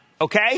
Okay